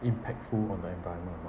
impactful on the environment or not